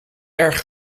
erg